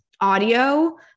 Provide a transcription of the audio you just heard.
audio